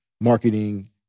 marketing